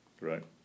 Right